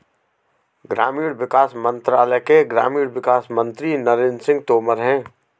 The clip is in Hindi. ग्रामीण विकास मंत्रालय के ग्रामीण विकास मंत्री नरेंद्र सिंह तोमर है